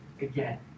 again